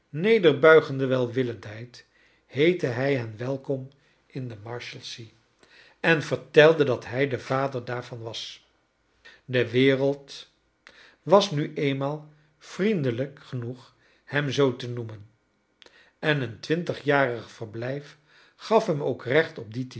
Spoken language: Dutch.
soort nederbuigende welwillendheid heette hen welkom in de marshalsea en vertelde dat hij de vader daarvan was de wereld was nu eenmaal vriendelijk genoeg hem zoo te noeinen en een twintigjarig verblijf gaf hem ook recht op dien